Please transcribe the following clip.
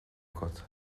agat